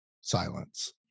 Silence